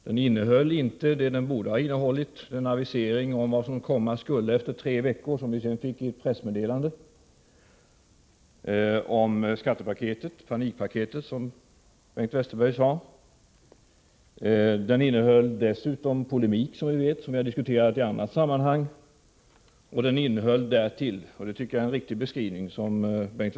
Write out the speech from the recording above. Den innehöll inte vad den borde ha innehållit, nämligen en avisering om vad som skulle komma efter tre veckor, alltså skattepaketet eller panikpaketet, som Bengt Westerberg kallade det, vilket vi sedan fick kännedom om via ett pressmeddelande. Regeringsförklaringen innehöll dessutom polemik, något som vi har diskuterat i annat sammanhang.